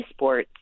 esports